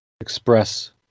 express